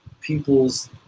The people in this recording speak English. people's